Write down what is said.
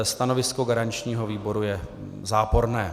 Stanovisko garančního výboru je záporné.